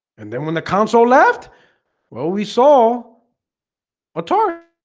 and then when the council left well, we saw a tour